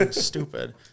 stupid